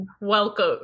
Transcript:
welcome